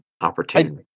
opportunity